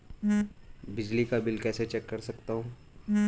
बिजली का बिल कैसे चेक कर सकता हूँ?